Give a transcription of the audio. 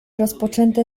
rozpoczęte